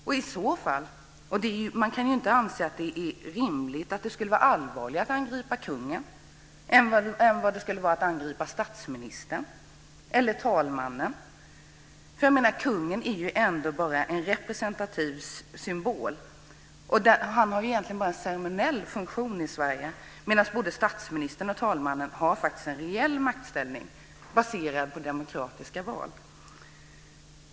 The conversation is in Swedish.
Det är inte rimligt att det bedöms som allvarligare att angripa kungen än statsministern eller talmannen. Kungen är ändå bara en representativ symbol. Kungen har egentligen endast en ceremoniell funktion i Sverige, medan både statsministern och talmannen har reell makt baserad på demokratiska val.